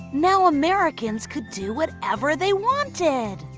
now americans could do whatever they wanted.